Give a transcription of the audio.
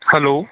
hello